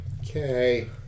Okay